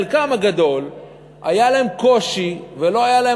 חלקם הגדול היה להם קושי ולא היו להם